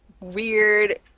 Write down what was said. weird